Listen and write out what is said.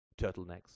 turtlenecks